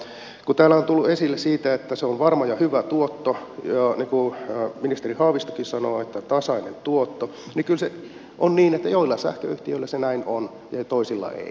kun täällä on tullut esille se että se on varma ja hyvä tuotto niin kuin ministeri haavistokin sanoo että tasainen tuotto niin kyllä se on niin että joillain sähköyhtiöillä se näin on ja toisilla ei